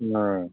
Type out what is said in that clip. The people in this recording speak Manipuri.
ꯑꯥ